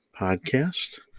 podcast